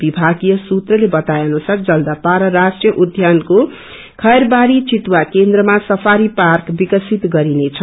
विभागीय सूत्रले बताए अनुसार जल्दापाड़ा राष्ट्रिय उध्यानको खैरबाड़ी चितुवा केन्द्रमा यफारी पार्क विकसित गरिनेछ